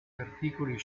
articoli